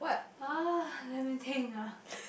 !huh! let me think ah